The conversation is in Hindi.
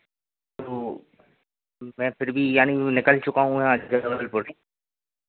तो मैं फिर भी यानि निकल चुका हूँ यहाँ से जबलपुर से